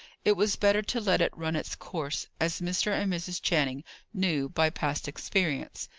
it was better to let it run its course as mr. and mrs. channing knew by past experience.